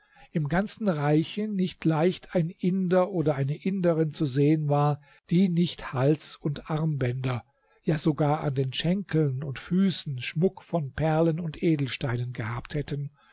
im ganzen reiche nicht leicht ein inder oder eine inderin zu sehen war die nicht hals und armbänder ja sogar an den schenkeln und füßen schmuck von perlen und edelsteinen gehabt hätten